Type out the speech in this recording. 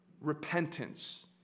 Repentance